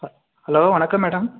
ஹ ஹலோ வணக்கம் மேடம்